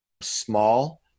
small